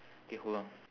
K hold on